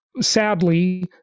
sadly